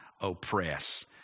oppress